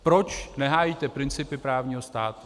Proč nehájíte principy právního státu?